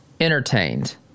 entertained